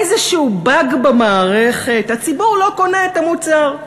איזשהו באג במערכת, הציבור לא קונה את המוצר,